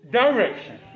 direction